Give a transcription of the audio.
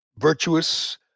virtuous